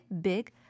big